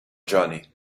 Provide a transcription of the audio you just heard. journey